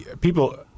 people